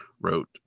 wrote